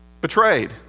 Betrayed